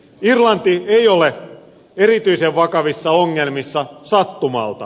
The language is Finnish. irlanti ei ole erityisen vakavissa ongelmissa sattumalta